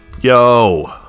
Yo